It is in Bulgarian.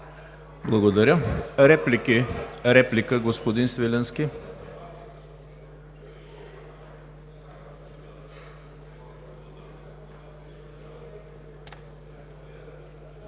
Благодаря. Реплики? Реплика, господин Свиленски.